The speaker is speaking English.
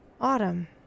Autumn